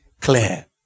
clear